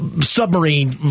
submarine